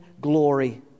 glory